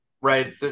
right